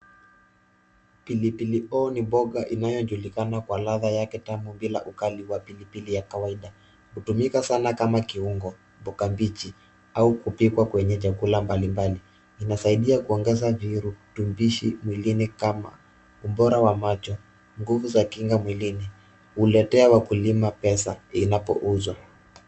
Pilipili hoho ni mboga inayojulikana kwa ladha yake tamu bila ukali wa pilipili ya kawaida. Hutumika sana kama kiungo, mboga mbichi au kupikwa kwenye chakula mbalimbali. Inasaidia kuongeza virutubishi mwilini kama ubora wa macho, nguvu za kinga mwilini, huletea wakulima pesa inapouzwa.